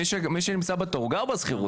מי שנמצא בתור הוא גר בשכירות,